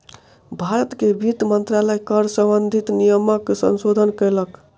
भारत के वित्त मंत्रालय कर सम्बंधित नियमक संशोधन केलक